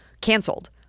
canceled